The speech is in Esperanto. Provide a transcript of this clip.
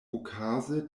okaze